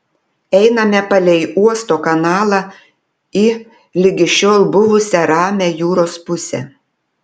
einame palei uosto kanalą į ligi šiol buvusią ramią jūros pusę